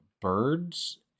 birds